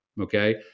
Okay